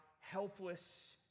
helpless